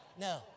no